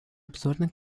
обзорной